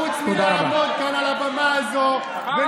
חוץ מלעמוד כאן על הבמה הזו, תודה רבה.